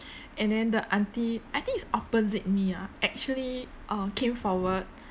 and then the auntie I think is opposite me ah actually uh came forward